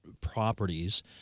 properties